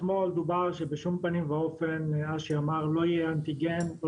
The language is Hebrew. אתמול דובר שבשום פנים ואופן מאז שאמרנו לא יהיה אנטיגן.